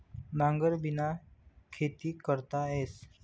नांगरबिना खेती करता येस